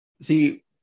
See